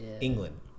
England